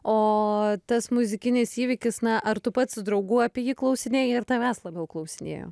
o tas muzikinis įvykis na ar tu pats draugų apie jį klausinėji ir tavęs labiau klausinėjo